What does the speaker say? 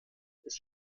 wird